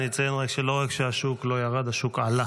אני אציין שלא רק שהשוק לא ירד, השוק עלה